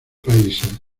países